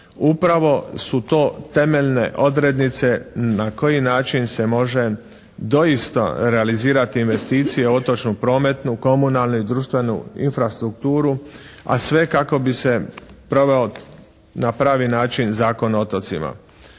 Upravo su to temeljne odrednice na koji način se može doista realizirati investicije otočnu, prometnu, komunalnu i društvenu infrastrukturu, a sve kako bi se proveo na pravi način Zakon o otocima.